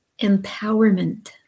empowerment